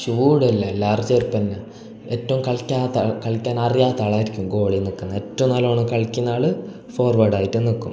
ചൂടല്ലെ എല്ലാവരും ചെറുപ്പം തന്നെ ഏറ്റവും കളിക്കാത്ത കളിക്കാൻ അറിയാത്ത ആളായിരിക്കും ഗോളി നിൽക്കുന്നത് ഏറ്റവും നല്ലവണ്ണം കളിക്കുന്ന ആൾ ഫോർവേഡായിട്ടും നിൽക്കും